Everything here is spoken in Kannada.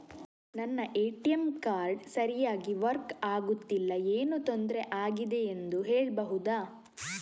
ನನ್ನ ಎ.ಟಿ.ಎಂ ಕಾರ್ಡ್ ಸರಿಯಾಗಿ ವರ್ಕ್ ಆಗುತ್ತಿಲ್ಲ, ಏನು ತೊಂದ್ರೆ ಆಗಿದೆಯೆಂದು ಹೇಳ್ಬಹುದಾ?